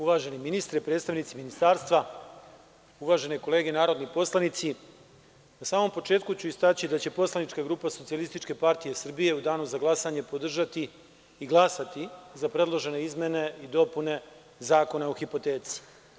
Uvaženi ministre, predstavnici ministarstva, uvažene kolege narodni poslanici, na samom početku ću istaći da će poslanička grupa SPS u danu za glasanje podržati i glasati za predložene izmene i dopune Zakona o hipoteci.